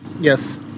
Yes